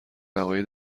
عقاید